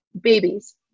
babies